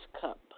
cup